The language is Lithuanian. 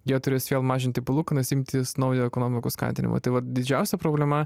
jie turės vėl mažinti palūkanas imtis naujo ekonomikos skatinimo tai vat didžiausia problema